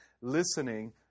listening